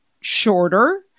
shorter